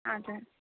हजुर